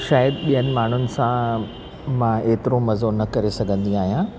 शायदि ॿियनि माण्हुनि सां मां एतिरो मज़ो न करे सघंदी आहियां